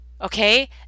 Okay